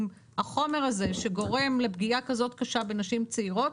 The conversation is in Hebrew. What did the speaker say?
החומר הזה שגורם לפגיעה כזאת קשה בנשים צעירות,